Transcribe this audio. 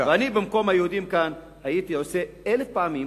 במקום היהודים כאן הייתי עושה אלף פעמים